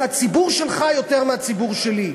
זה הציבור שלך יותר מאשר הציבור שלי.